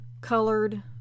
colored